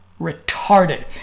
retarded